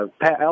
Pat